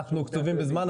אנחנו קצובים בזמן.